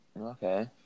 Okay